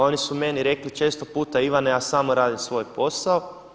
Oni su meni rekli često puta: Ivane, ja samo radim svoj posao.